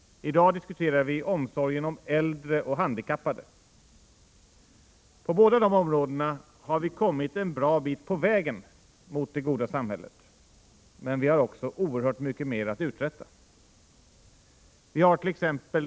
I dag diskuterar vi omsorgen om äldre och handikappade. På båda de områdena har vi kommit en bra bit på vägen mot det goda samhället, men vi har också oerhört mycket mer att uträtta. Vi hart.ex.